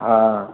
हाँ